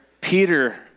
Peter